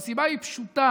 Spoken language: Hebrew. והסיבה היא פשוטה: